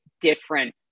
different